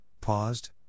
paused